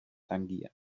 tangier